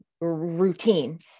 routine